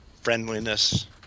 friendliness